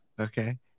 Okay